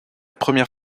première